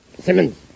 Simmons